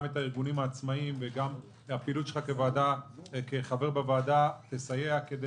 גם את הארגונים העצמאיים וגם הפעילות שלך כחבר בוועדה תסייע כדי